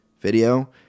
video